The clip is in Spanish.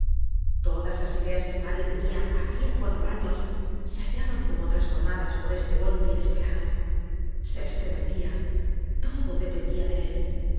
todas las ideas que mario tenia hacia cuatro años se hallaban como trastornadas por este golpe inesperado se estremecia todo dependia de él